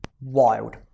wild